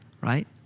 right